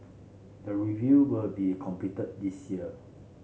the review will be completed this year